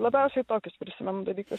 labiausiai tokius prisimenu dalykus